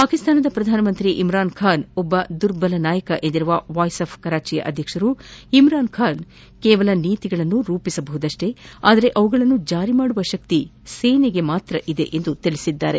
ಪಾಕಿಸ್ತಾನದ ಪ್ರಧಾನಮಂತ್ರಿ ಇಮ್ರಾನ್ ಖಾನ್ ಓರ್ವ ದುರ್ಬಲ ನಾಯಕ ಎಂದಿರುವ ವಾಯ್ಸ್ ಆಫ್ ಕರಾಚಿಯ ಅಧ್ಯಕ್ಷರು ಇಮ್ರಾನ್ ಖಾನ್ ಕೇವಲ ನೀತಿಗಳನ್ನು ರೂಪಿಸಬಹುದು ಆದರೆ ಅವುಗಳನ್ನು ಜಾರಿಮಾಡುವ ಶಕ್ಕಿ ಕೇವಲ ಸೇನೆಗಿದೆ ಎಂದಿದ್ದಾರೆ